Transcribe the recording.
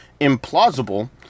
implausible